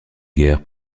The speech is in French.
guerre